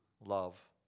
love